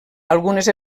algunes